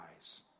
eyes